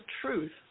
truth